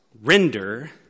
render